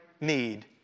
need